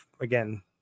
again